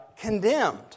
condemned